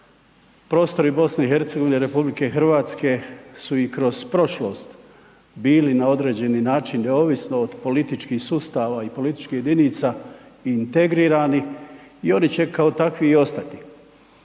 prostori BiH i RH su i kroz prošlost bili na određeni način neovisno od političkih sustava i političkih jedinica integrirani i oni će kao takvi i ostati.